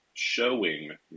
showing